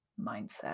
Mindset